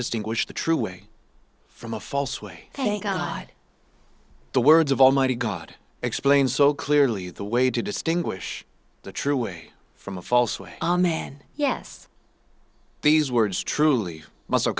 distinguish the true way from a false way thank god the words of almighty god explain so clearly the way to distinguish the true way from a false way amen yes these words truly must